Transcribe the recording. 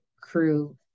crew